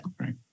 right